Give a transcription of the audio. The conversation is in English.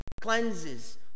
cleanses